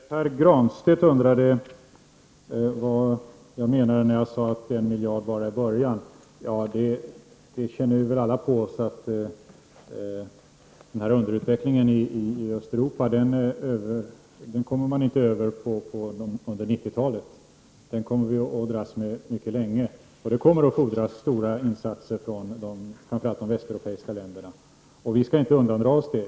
Herr talman! Pär Granstedt undrade vad jag menade när jag sade att en miljard bara är början. Vi känner väl alla till att underutvecklingen i Östeuropa kommer man inte över under 90-talet. Den kommer vi att dras med mycket länge. Det kommer att fordras stora insatser från framför allt de västeuropeiska länderna, och vi skall inte undandra oss det.